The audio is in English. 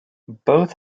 both